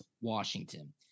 Washington